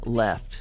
left